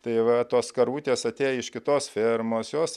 tai va tos karvutės atėjo iš kitos fermos jos